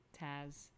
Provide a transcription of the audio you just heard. Taz